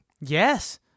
yes